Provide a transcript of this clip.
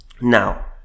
now